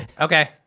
Okay